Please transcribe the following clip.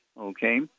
okay